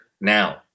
now